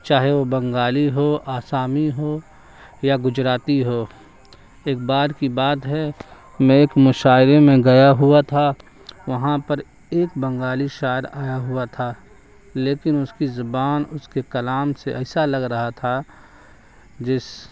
چاہے وہ بنگالی ہو آسامی ہو یا گجراتی ہو ایک بار کی بات ہے میں ایک مشاعرے میں گیا ہوا تھا وہاں پر ایک بنگالی شاعر آیا ہوا تھا لیکن اس کی زبان اس کے کلام سے ایسا لگ رہا تھا جس